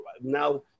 Now